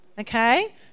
okay